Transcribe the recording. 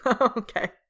Okay